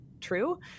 true